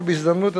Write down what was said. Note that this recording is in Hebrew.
בהזדמנות,